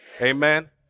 Amen